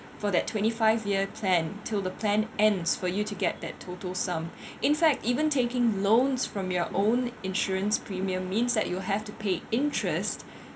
for that twenty five year plan till the plan ends for you to get that total sum in fact even taking loans from your own insurance premium means that you have to pay interest